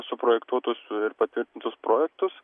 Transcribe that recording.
suprojektuotus ir patvirtintus projektus